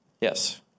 Yes